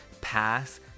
pass